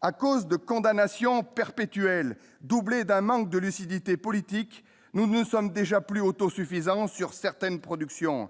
à cause de condamnation perpétuel doublée d'un manque de lucidité politique, nous ne sommes déjà plus autosuffisants sur certaines productions,